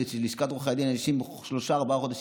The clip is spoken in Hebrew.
בלשכת עורכי הדין אנשים מסתגרים שלושה-ארבעה חודשים,